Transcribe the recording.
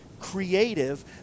creative